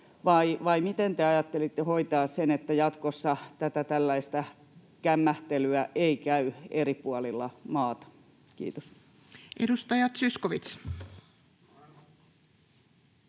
vai miten te ajattelitte hoitaa sen, että jatkossa tätä tällaista kämmähtelyä ei käy eri puolilla maata? — Kiitos. Edustaja Zyskowicz.